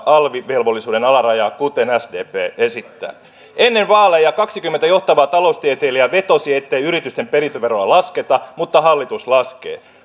alvivelvollisuuden alarajaa kuten sdp esittää ennen vaaleja kaksikymmentä johtavaa taloustieteilijää vetosi ettei yritysten perintöveroa lasketa mutta hallitus laskee